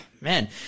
man